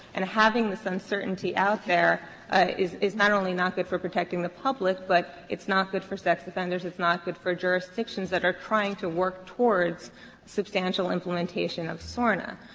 and having this uncertainty out there is is not only not good for protecting the public, but it's not good for sex offenders it's not good for jurisdictions that are trying to work towards substantial implementation of sorna.